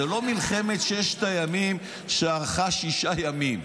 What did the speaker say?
זו לא מלחמת ששת הימים, שארכה שישה ימים.